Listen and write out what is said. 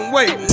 Wait